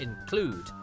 include